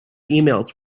emails